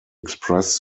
express